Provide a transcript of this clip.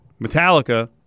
Metallica